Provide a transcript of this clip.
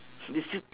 we still